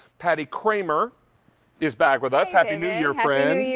patty kramer is back with us. happy new year friend.